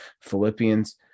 Philippians